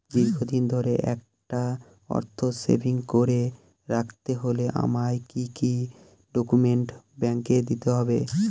দীর্ঘদিন ধরে একটা অর্থ সেভিংস করে রাখতে হলে আমায় কি কি ডক্যুমেন্ট ব্যাংকে দিতে হবে?